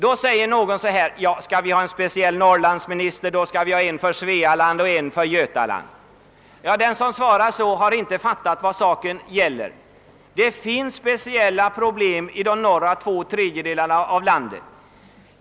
Då säger kanske någon, att om vi skall ha en speciell Norrlandsminister, skall vi också ha en minister för Svealand och för Götaland. Den som svarar så har inte fattat vad saken gäller. Det finns speciella problem i de norra två tredjedelarna av landet.